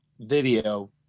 video